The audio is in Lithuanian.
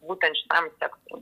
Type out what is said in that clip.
būtent šitam sektoriui